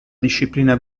disciplina